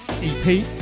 EP